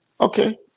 Okay